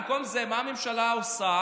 במקום זה, מה הממשלה עושה?